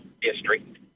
district